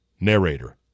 Narrator